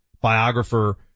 biographer